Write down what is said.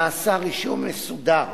נעשה רישום מסודר